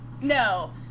No